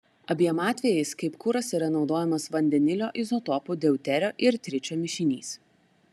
abiem atvejais kaip kuras yra naudojamas vandenilio izotopų deuterio ir tričio mišinys